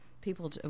People